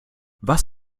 was